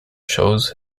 shows